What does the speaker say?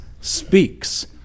speaks